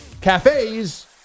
cafes